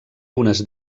unes